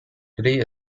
today